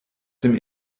dem